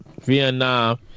vietnam